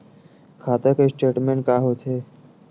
खाता के स्टेटमेंट का होथे?